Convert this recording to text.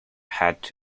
had